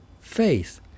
faith